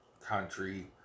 country